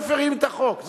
מפירים את החוק.